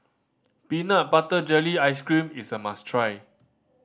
peanut butter jelly ice cream is a must try